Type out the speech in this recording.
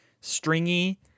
stringy